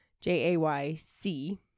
J-A-Y-C